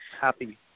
happy